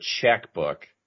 checkbook